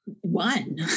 One